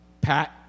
Pat